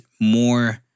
more